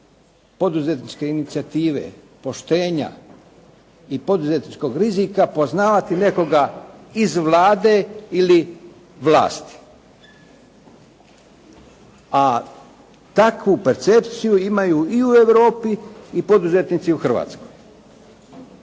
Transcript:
poduzetničke inicijative, poštenja i poduzetničkog rizika poznavati nekoga iz Vlade ili vlasti. A takvu percepciju imaju i u Europi i poduzetnici u Hrvatskoj.